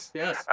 yes